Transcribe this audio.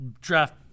draft